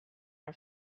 are